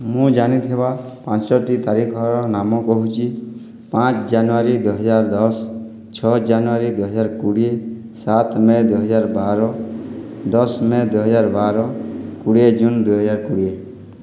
ମୁଁ ଜାଣିଥିବା ପାଞ୍ଚୋଟି ତାରିଖର ନାମ କହୁଛି ପାଞ୍ଚ ଜାନୁୟାରୀ ଦୁଇହଜାର ଦଶ ଛଅ ଜାନୁୟାରୀ ଦୁଇହଜାର କୋଡ଼ିଏ ସାତ ମେ ଦୁଇହଜାର ବାର ଦଶ ମେ ଦୁଇହଜାର ବାର କୋଡ଼ିଏ ଜୁନ୍ ଦୁଇହଜାର କୋଡ଼ିଏ